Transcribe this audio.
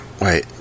wait